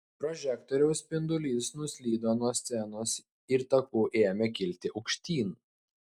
prožektoriaus spindulys nuslydo nuo scenos ir taku ėmė kilti aukštyn